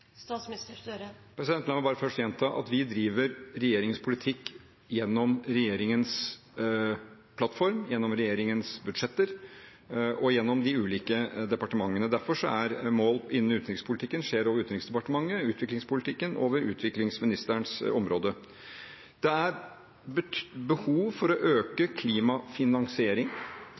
La meg bare først gjenta at vi driver regjeringens politikk gjennom regjeringens plattform, gjennom regjeringens budsjetter og gjennom de ulike departementene. Derfor skjer mål innen utenrikspolitikken over Utenriksdepartementet og innen utviklingspolitikken over utviklingsministerens område. Det er behov for å øke